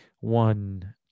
one